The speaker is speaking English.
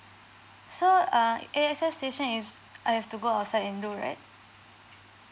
so uh A S X station is I have to go outside and do right